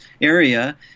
area